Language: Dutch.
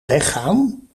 weggaan